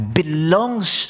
belongs